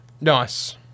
nice